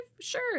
Sure